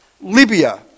Libya